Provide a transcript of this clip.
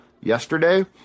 yesterday